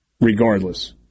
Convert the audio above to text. regardless